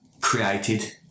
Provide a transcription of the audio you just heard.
created